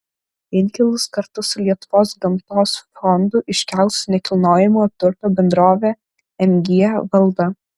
inkilus kartu su lietuvos gamtos fondu iškels nekilnojamojo turto bendrovė mg valda